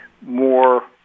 more